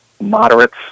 Moderates